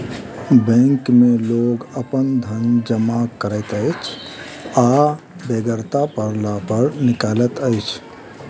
bank मे लोक अपन धन जमा करैत अछि आ बेगरता पड़ला पर निकालैत अछि